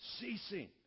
ceasing